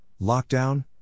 lockdown